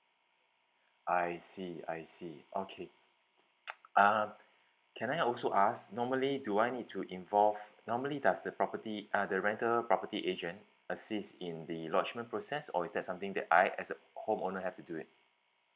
I see I see okay um can I also ask normally do I need to involve normally does the property ah the rental property agent assist in the lodgement process or is that something that I as a home owner have to do it